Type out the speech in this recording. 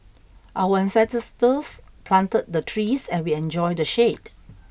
our ancestors planted the trees and we enjoy the shade